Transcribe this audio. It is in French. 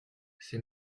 ces